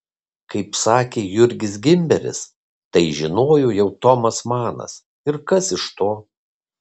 kaip sakė jurgis gimberis tai žinojo jau tomas manas ir kas iš to